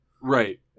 Right